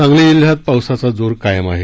सांगली जिल्ह्यात पावसाचा जोर कायम आहे